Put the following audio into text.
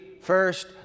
first